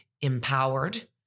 empowered